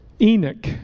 Enoch